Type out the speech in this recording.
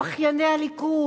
בכייני הליכוד,